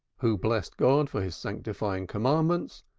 who blessed god for his sanctifying commandments,